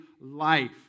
life